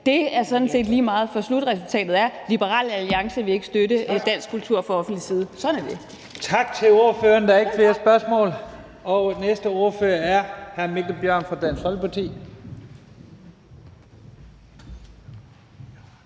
Det er sådan set lige meget, for slutresultatet er, at Liberal Alliance ikke vil støtte dansk kultur fra offentlig side. Sådan er det. Kl. 11:27 Første næstformand (Leif Lahn Jensen): Tak til ordføreren. Der er ikke flere spørgsmål. Den næste ordfører er hr. Mikkel Bjørn fra Dansk Folkeparti.